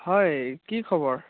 হয় কি খবৰ